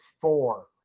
four